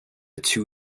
two